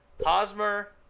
Hosmer